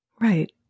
Right